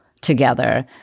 together